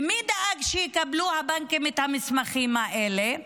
מי דאג שהבנקים יקבלו את המסמכים האלה?